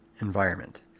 environment